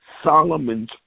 Solomon's